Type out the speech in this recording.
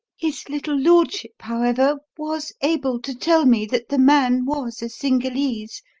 his little lordship, however, was able to tell me that the man was a cingalese,